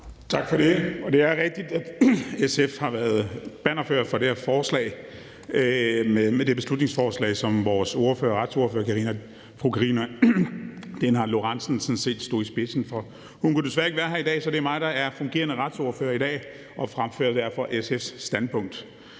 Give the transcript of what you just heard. Tak for det. Det er rigtigt, at SF har været bannerførere for det her forslag – med det beslutningsforslag, som vores retsordfører, fru Karina Lorentzen Dehnhardt, sådan set stod i spidsen for. Hun kunne desværre ikke være her i dag, så det er mig, der er fungerende retsordfører i dag og derfor fremfører SF's standpunkt